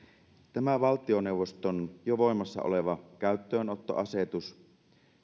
tämä valtioneuvoston jo voimassa oleva käyttöönottoasetus